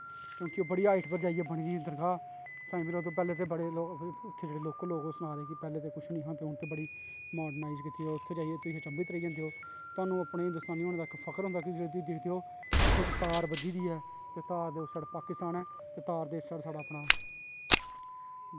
क्योंकि बड़ी हाईट पर जाईयै बनी दी ही दरगाह् साईं मीरां ते पैह्लैं ते बड़े लोग सना दे हे पैह्लें ते कुछ नेंई हा हून ते मार्डनाइज कीती ते उत्थें जाईयै अचंभित रेही जंदे हो तुहानू अपनें हिन्दोस्तानी होनें दा फकर होंदा ऐ कि जिसलै तुस दिखदे हो ते इक तार बज्जी दी ऐ तार दे उस साईड पाकिसात्न ऐ तार दे इस साईड साढ़ा अपना